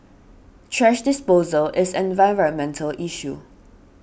thrash disposal is an environmental issue